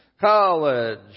college